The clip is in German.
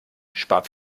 spart